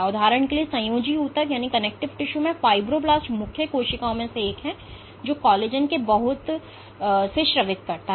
उदाहरण के लिए संयोजी ऊतक में फाइब्रोब्लास्ट मुख्य कोशिकाओं में से एक है जो कोलेजन के बहुत से स्रावित करता है